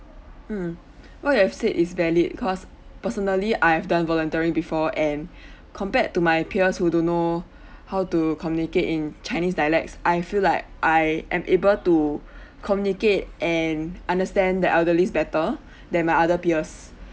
mm what you've said is valid because personally I have done volunteering before and compared to my peers who don't know how to communicate in chinese dialects I feel like I am able to communicate and understand the elderlies better than my other peers